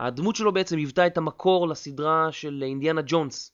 הדמות שלו בעצם היוותה את המקור, לסדרה של אינדיאנה ג'ונס